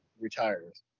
Retires